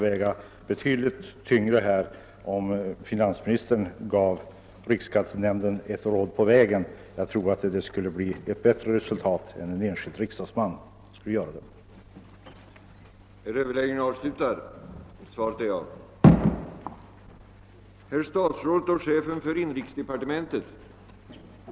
Jag tror att om finansministern gav riksskattenämnden ett råd på vägen, skulle det väga betydligt tyngre och ge ett bättre resultat än en enskild riksdagsmans begäran.